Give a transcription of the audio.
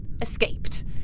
escaped